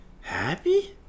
Happy